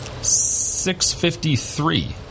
653